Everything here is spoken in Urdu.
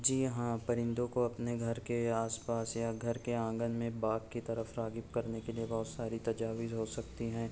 جی ہاں پرندوں کو اپنے گھر کے آس پاس یا گھر کے آنگن میں باغ کی طرف راغب کرنے کے لیے بہت ساری تجاویز ہو سکتی ہیں